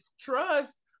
trust